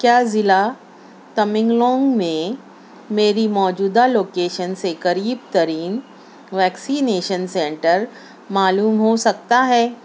کیا ضلع تمنگلونگ میں میری موجودہ لوکیشن سے قریب ترین ویکسینیشن سنٹر معلوم ہو سکتا ہے